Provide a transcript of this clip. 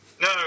No